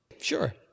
Sure